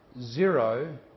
zero